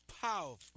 powerful